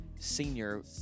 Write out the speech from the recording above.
senior